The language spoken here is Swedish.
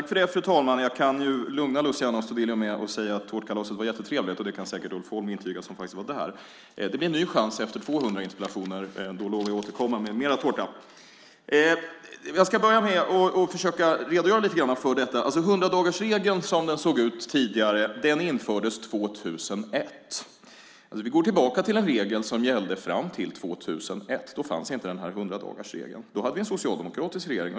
Fru talman! Jag kan lugna Luciano Astudillo med att säga att tårtkalaset var jättetrevligt. Det kan säkert Ulf Holm intyga som faktiskt var där. Det blir en ny chans efter 200 interpellationer. Då lovar jag att återkomma med mer tårta. Jag ska börja med att försöka redogöra lite grann för detta. Hundradagarsregeln, som den såg ut tidigare, infördes 2001. Vi går tillbaka till en regel som gällde fram till 2001. Då fanns inte den här hundradagarsregeln. Då hade vi en socialdemokratisk regering.